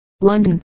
London